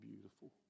beautiful